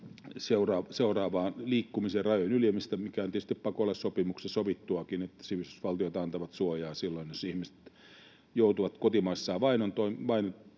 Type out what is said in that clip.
seuraavaan liikkumiseen rajojen yli, mikä on tietysti pakolaissopimuksessa sovittuakin, että sivistysvaltiot antavat suojaa silloin, jos ihmiset joutuvat kotimaassaan vainon